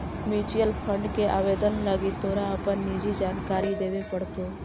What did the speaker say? mutual fund के आवेदन लागी तोरा अपन निजी जानकारी देबे पड़तो